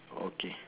okay